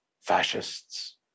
fascists